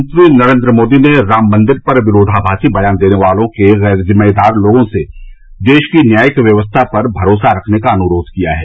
प्रधानमंत्री नरेन्द्र मोदी ने राम मंदिर पर विरोधामासी बयान देने वाले गैर जिम्मेदार लोगों से देश की न्यायिक व्यवस्था पर भरोसा रखने का अनुरोध किया है